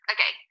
Okay